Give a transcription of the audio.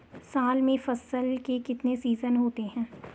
साल में फसल के कितने सीजन होते हैं?